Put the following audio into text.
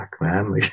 man